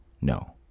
No